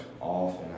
off